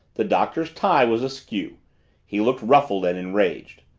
the doctor's tie was askew he looked ruffled and enraged.